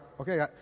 okay